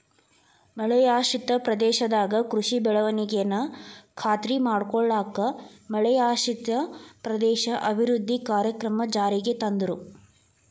ಮಳೆಯಾಶ್ರಿತ ಪ್ರದೇಶದಾಗ ಕೃಷಿ ಬೆಳವಣಿಗೆನ ಖಾತ್ರಿ ಮಾಡ್ಕೊಳ್ಳಾಕ ಮಳೆಯಾಶ್ರಿತ ಪ್ರದೇಶ ಅಭಿವೃದ್ಧಿ ಕಾರ್ಯಕ್ರಮ ಜಾರಿಗೆ ತಂದ್ರು